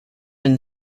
and